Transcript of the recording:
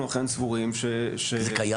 אנחנו אכן סבורים --- זה קיים?